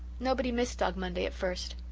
nobody missed dog monday at first.